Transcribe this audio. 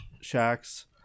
shacks